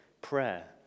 prayer